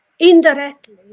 Indirectly